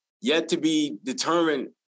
yet-to-be-determined